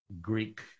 Greek